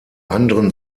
anderen